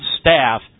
staff